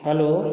hello